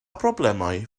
broblemau